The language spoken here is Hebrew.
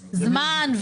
לגבי זמן,